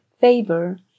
favor